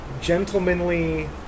gentlemanly